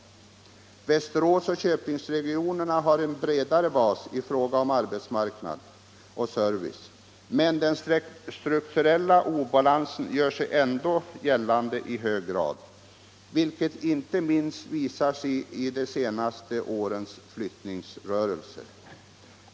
Västerås och Köpingsregionerna har en bredare bas i fråga om arbetsmarknad och service, men den strukturella obalansen gör sig ändå gällande i hög grad, vilket inte minst visar sig i de senaste årens flyttningsrörelser.